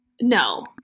no